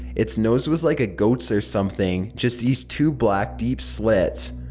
it's nose was like a goats or something, just these two black, deep slits.